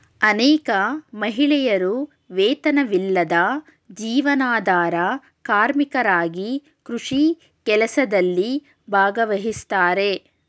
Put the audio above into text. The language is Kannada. ಅನೇಕ ಮಹಿಳೆಯರು ವೇತನವಿಲ್ಲದ ಜೀವನಾಧಾರ ಕಾರ್ಮಿಕರಾಗಿ ಕೃಷಿ ಕೆಲಸದಲ್ಲಿ ಭಾಗವಹಿಸ್ತಾರೆ